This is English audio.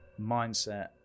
mindset